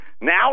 now